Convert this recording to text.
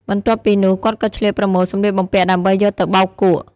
បន្ទាប់ពីនោះ គាត់ក៏ឆ្លៀតប្រមូលសម្លៀកបំពាក់ដើម្បីយកទៅបោកគក់។